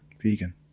Vegan